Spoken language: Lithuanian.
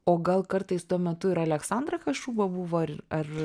o gal kartais tuo metu ir aleksandra kašuba buvo ar ar